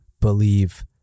believe